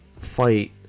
fight